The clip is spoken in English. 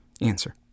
Answer